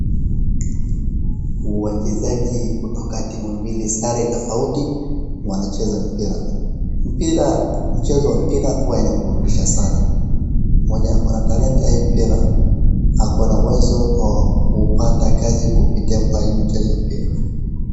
wachezaji kutoka timu mbili sare tofauti wanacheza mpira. Mchezo wa mpira huwa ina burundisha sana. Mwenye ako na talanta hii ya mpira ako na uwezo wa kupata kazi kupitia kwa hii mchezo ya mpira.